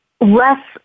less